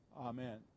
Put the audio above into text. amen